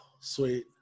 Sweet